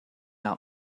out